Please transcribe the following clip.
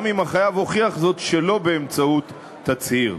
גם אם החייב הוכיח זאת שלא באמצעות תצהיר.